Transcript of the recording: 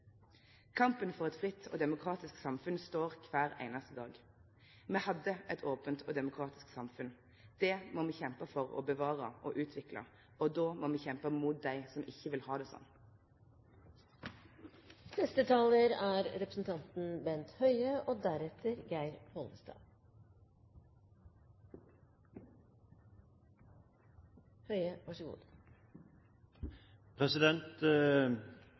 Kampen for eit fritt og demokratisk samfunn står kvar einaste dag. Me hadde eit ope og demokratisk samfunn. Det må me kjempe for å bevare og utvikle, og då må me kjempe mot dei som ikkje vil ha det sånn. Det er